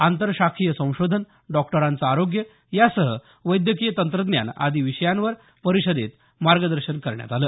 आंतरशाखीय संशोधन डॉक्टरांचं आरोग्य यासह विद्यकीय तंत्रज्ञान आदी विषयांवर परिषदेत मार्गदर्शन करण्यात आलं